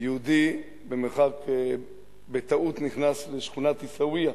יהודי נכנס בטעות לשכונת עיסאוויה,